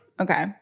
Okay